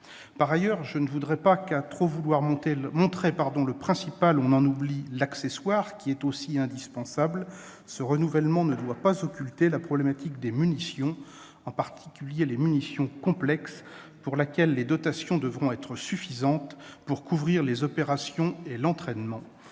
Par ailleurs, je ne voudrais pas que, à trop vouloir montrer le principal, on en oublie l'accessoire, tout aussi indispensable. Ce renouvellement ne doit pas occulter la problématique des munitions, en particulier des munitions « complexes », pour lesquelles les dotations devront être suffisantes pour couvrir les opérations et l'entraînement.